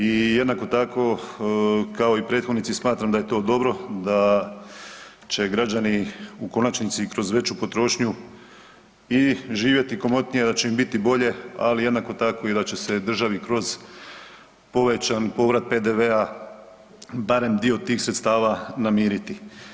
I jednako tako, kao i prethodnici smatram da je to dobro, da će građani u konačnici i kroz veću potrošnju i živjeti komotnije, da će im biti bolje, ali jednako tako, da će se državi kroz povećani povrat PDV-a barem dio tih sredstava namiriti.